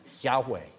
Yahweh